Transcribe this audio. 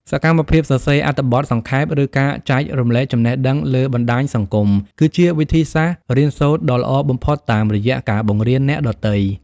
សកម្មភាពសរសេរអត្ថបទសង្ខេប ឬការចែករំលែកចំណេះដឹងលើបណ្ដាញសង្គម គឺជាវិធីសាស្ត្ររៀនសូត្រដ៏ល្អបំផុតតាមរយៈការបង្រៀនអ្នកដទៃ។